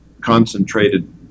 concentrated